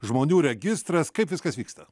žmonių registras kaip viskas vyksta